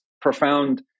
profound